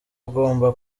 agomba